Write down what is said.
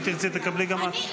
מירב, אם תרצי תקבלי גם את.